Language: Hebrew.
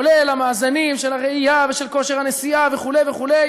כולל המאזנים של הראייה ושל כושר הנשיאה וכו' וכו',